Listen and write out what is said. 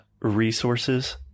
resources